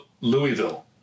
Louisville